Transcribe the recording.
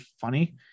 funny